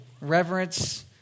reverence